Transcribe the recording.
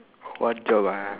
what job ah